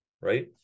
right